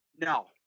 No